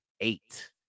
eight